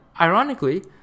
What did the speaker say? ironically